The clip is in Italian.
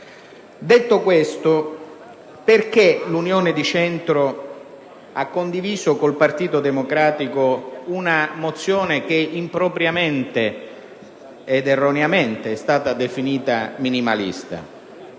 a niente. Perché l'Unione di Centro ha condiviso con il Partito Democratico una mozione che impropriamente ed erroneamente è stata definita minimalista?